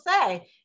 say